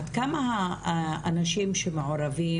עד כמה האנשים שמעורבים,